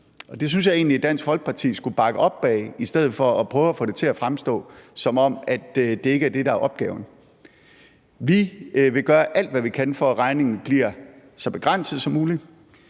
det synes jeg egentlig Dansk Folkeparti skulle bakke op om i stedet for at prøve at få det til at fremstå, som om det ikke er det, der er opgaven. Vi vil gøre alt, hvad vi kan, for, at regningen bliver så begrænset som muligt.